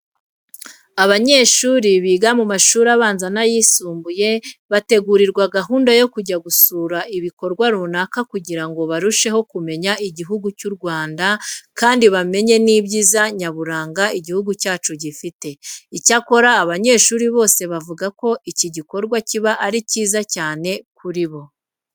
Abanyeshuri biga mu mashuri abanza n'ayisumbuye bategurirwa gahunda yo kujya gusura ibikorwa runaka kugira ngo barusheho kumenya Igihugu cy'u Rwanda kandi bamenye n'ibyiza nyaburaga igihugu cyacu gifite. Icyakora abanyeshuri bose bavuga ko iki gikorwa kiba ari cyiza cyane kuri bo.